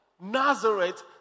Nazareth